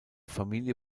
familie